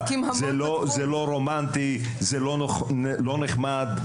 זה לא רומנטי, זה לא נחמד.